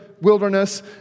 wilderness